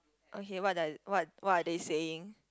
okay what does it what what are they saying